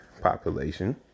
population